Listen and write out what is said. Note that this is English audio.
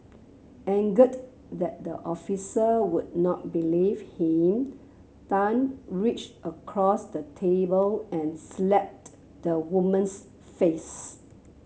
angered that the officer would not believe him Tan reached across the table and slapped the woman's face